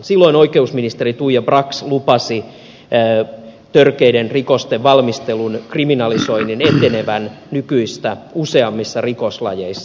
silloin oikeusministeri tuija brax lupasi törkeiden rikosten valmistelun kriminalisoinnin etenevän nykyistä useammissa rikoslajeissa